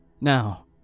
Now